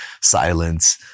silence